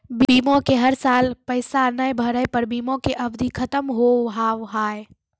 बीमा के हर साल पैसा ना भरे पर बीमा के अवधि खत्म हो हाव हाय?